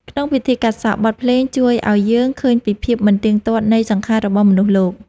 ក្នុងពិធីកាត់សក់ បទភ្លេងជួយឱ្យយើងឃើញពីភាពមិនទៀងទាត់នៃសង្ខាររបស់មនុស្សលោក។